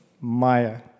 Maya